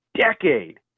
decade